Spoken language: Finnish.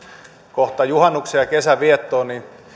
juhannuksen ja kesän viettoon